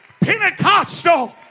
Pentecostal